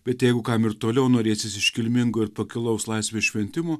bet jeigu kam ir toliau norėsis iškilmingo ir pakilaus laisvės šventimo